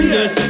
Yes